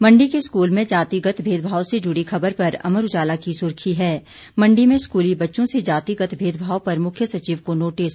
मंडी के स्कूल में जातिगत भेदभाव से जुड़ी खबर पर अमर उजाला की सुर्खी है मंडी में स्कूली बच्चों से जातिगत भेदभाव पर मुख्य सचिव को नोटिस